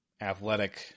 athletic